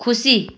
खुसी